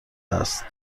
است